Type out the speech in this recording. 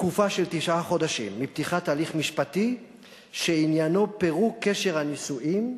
תקופה של תשעה חודשים מפתיחת הליך משפטי שעניינו פירוק קשר הנישואין,